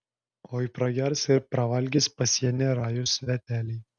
oi pragers ir pravalgys pasienį rajūs sveteliai